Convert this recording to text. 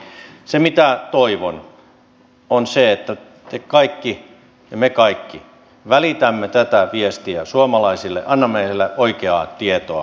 se mitä toivon on se että te kaikki ja me kaikki välitämme tätä viestiä suomalaisille annamme heille oikeaa tietoa asioista